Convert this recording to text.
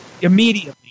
Immediately